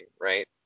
right